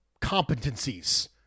competencies